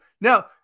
now